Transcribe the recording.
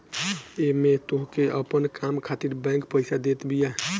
एमे तोहके अपन काम खातिर बैंक पईसा देत बिया